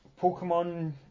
Pokemon